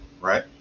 right